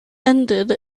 ended